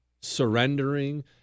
surrendering